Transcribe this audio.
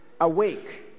awake